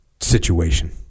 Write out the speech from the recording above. situation